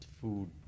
food